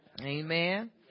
Amen